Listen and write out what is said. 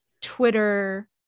Twitter